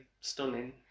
stunning